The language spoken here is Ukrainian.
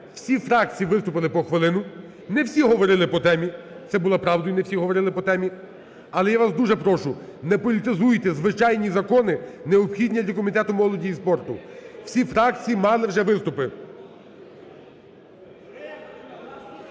всі фракції виступили по хвилині. Не всі говорили по темі, це було, правда, не всі говорили по темі. Але я вас дуже прошу, не політизуйте звичайні закони, необхідні для Комітету молоді і спорту. Всі фракції мали вже виступи.